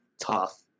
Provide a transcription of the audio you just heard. tough